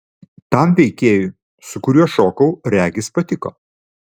tam veikėjui su kuriuo šokau regis patiko